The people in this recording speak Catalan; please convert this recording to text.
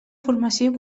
formació